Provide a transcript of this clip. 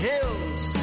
Hills